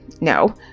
No